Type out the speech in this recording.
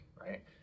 right